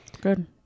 good